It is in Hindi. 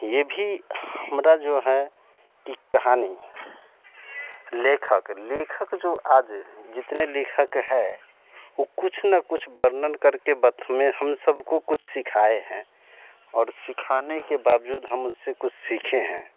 यह भी हमअरा जो है कि कहानी लेखक लेखक जो आज जितने लेखक हैं वो कुछ ना कुछ वर्णन करके बथ हम सबको कुछ ना कुछ सिखाएं हैं और सिखाने बावजूद हम उससे कुछ सीखे हैं